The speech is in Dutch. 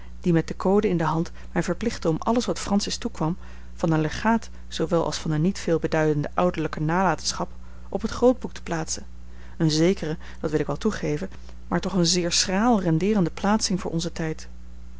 die met den code in de hand mij verplichtte om alles wat francis toekwam van haar legaat zoowel als van de niet veel beduidende ouderlijke nalatenschap op het grootboek te plaatsen eene zekere dat wil ik wel toegeven maar toch eene zeer schraal rendeerende plaatsing voor onzen tijd